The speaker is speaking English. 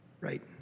right